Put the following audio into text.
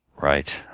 Right